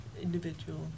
individual